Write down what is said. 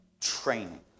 training